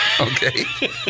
okay